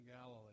Galilee